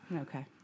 Okay